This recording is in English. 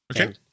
Okay